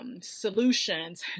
solutions